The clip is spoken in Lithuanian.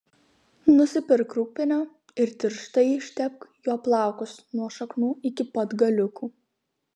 nusipirk rūgpienio ir tirštai ištepk juo plaukus nuo šaknų iki pat galiukų